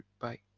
bye